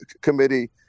committee